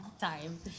time